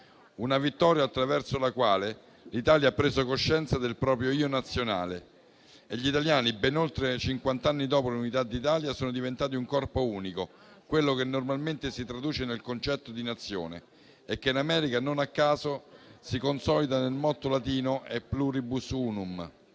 Una vittoria attraverso la quale l'Italia ha preso coscienza del proprio io nazionale e gli italiani, ben oltre cinquant'anni dopo l'Unità d'Italia, sono diventati un corpo unico, quello che normalmente si traduce nel concetto di Nazione e che in America, non a caso, si consolida nel motto latino «*E pluribus unum*».